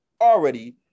Already